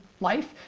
life